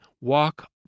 walk